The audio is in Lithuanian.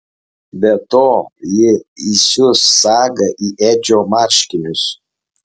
be to ji įsius sagą į edžio marškinius